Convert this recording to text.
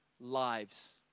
lives